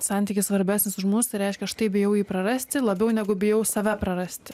santykis svarbesnis už mus tai reiškia aš taip bijau jį prarasti labiau negu bijau save prarasti